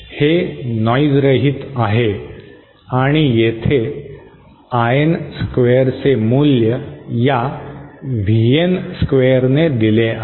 हे नॉइज रहित आहे आणि येथे आयएन स्क्वेअरचे मूल्य या VN स्क्वेअर ने दिले आहे